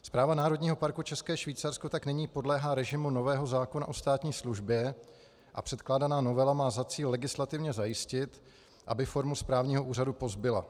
Správa Národního parku České Švýcarsko tak nyní podléhá režimu nového zákona o státní službě a předkládaná novela má za cíl legislativně zajistit, aby formu správního úřadu pozbyla.